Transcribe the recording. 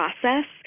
process